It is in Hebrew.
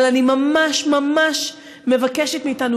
אבל אני ממש ממש מבקשת מאיתנו.